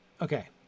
Okay